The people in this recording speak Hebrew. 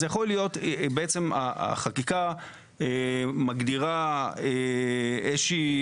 אז יכול להיות בעצם החקיקה מגדירה איזה שהיא